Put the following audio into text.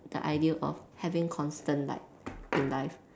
the idea of having constant light in life